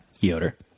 Yoder